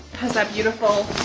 has that beautiful